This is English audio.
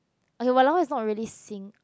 okay walao is not really sing~